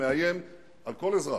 שמאיים על כל אזרח.